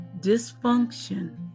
Dysfunction